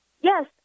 Yes